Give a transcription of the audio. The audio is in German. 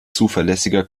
zuverlässiger